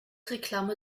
reklame